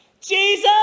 Jesus